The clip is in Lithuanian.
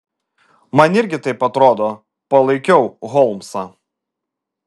man irgi taip atrodo palaikiau holmsą